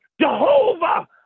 Jehovah